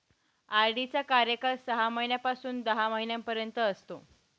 RD चा कार्यकाळ सहा महिन्यापासून दहा महिन्यांपर्यंत असतो